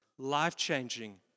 life-changing